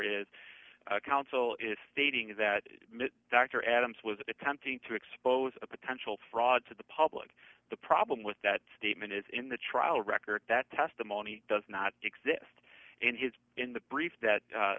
is counsel is stating that mitt dr adams was attempting to expose a potential fraud to the public the problem with that statement is in the trial record that testimony does not exist in his in the brief that